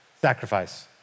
sacrifice